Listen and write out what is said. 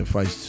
Faz